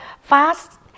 fast